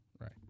Right